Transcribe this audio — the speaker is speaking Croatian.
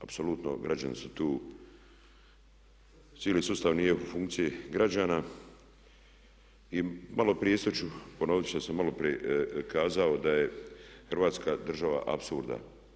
Apsolutno građani su tu, cijeli sustav nije u funkciji građana i maloprije isto ću ponovit što sam maloprije kazao da je hrvatska država apsurda.